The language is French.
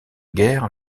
guerre